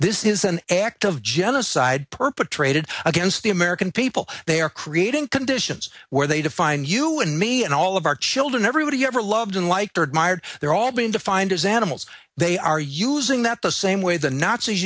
this is an act of genocide perpetrated against the american people they are creating conditions where they define you and me and all of our children everybody you ever loved in like third mired they're all being defined as animals they are using that the same way the nazis